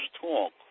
talk